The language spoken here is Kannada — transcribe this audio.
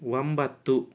ಒಂಬತ್ತು